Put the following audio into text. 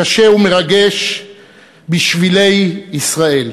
קשה ומרגש בשבילי ישראל.